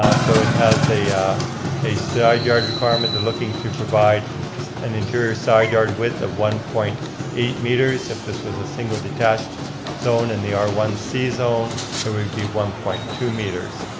so it has a a side yard requirement, they're looking to provide an interior side yard with a one point eight meters, if this was a single detached zone, and the r one c zone, it would be one point two meters.